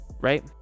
right